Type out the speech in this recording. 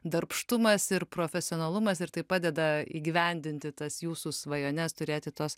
darbštumas ir profesionalumas ir tai padeda įgyvendinti tas jūsų svajones turėti tuos